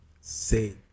say